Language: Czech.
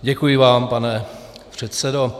Děkuji vám, pane předsedo.